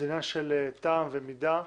זה עניין של טעם ומידה,